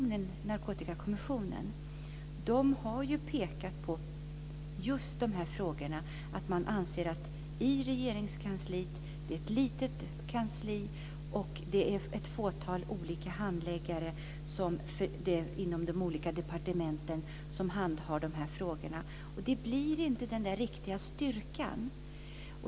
Narkotikakommissionen har pekat på just dessa frågor, nämligen att Regeringskansliet är litet med ett fåtal olika handläggare inom de olika departementen som handhar frågorna. Det blir inte den riktiga styrkan.